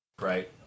right